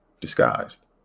disguised